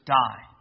die